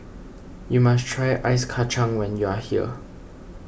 you must try Ice Kachang when you are here